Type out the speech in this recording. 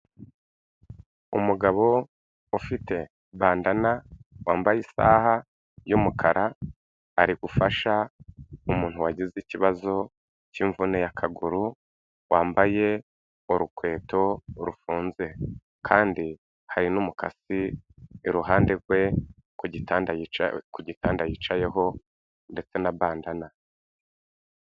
Umugabo ufite bandana wambaye isaha y'umukara ari gufasha umuntu wagize ikibazo cy'imvune y'akaguru wambaye urukweto rufunze kandi hari n'umukatsi iruhande rwe ku gitanda yicayeho ndetse na bandana.